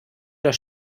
das